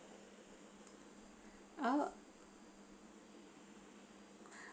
oh